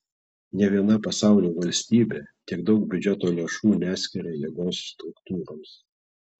nė viena pasaulio valstybė tiek daug biudžeto lėšų neskiria jėgos struktūroms